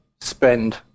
spend